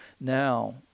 now